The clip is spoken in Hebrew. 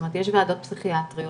יש ועדות פסיכיאטריות,